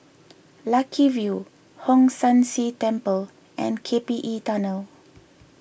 Lucky View Hong San See Temple and K P E Tunnel